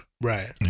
right